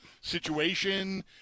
situation